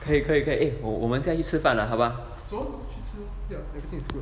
可以可以可以 eh 我们再去吃饭了好吧做